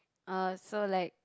uh so like